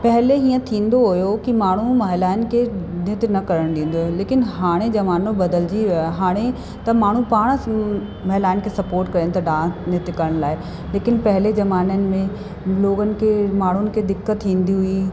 पहिले हीअं थींदो हुओ की माण्हू महिलाउनि खे नृत्य न करणु ॾींदो हुओ लेकिन हाणे ज़मानो बदिलजी वियो आहे हाणे त माण्हू पाण सु महिलाउनि खे सपोर्ट करण था डांस नृत्य करण लाइ लेकिन पहिले ज़माननि में लोगनि खे माण्हुनि खे दिक़त थींदी हुई